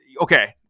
okay